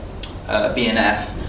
BNF